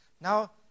Now